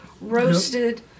roasted